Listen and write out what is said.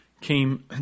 came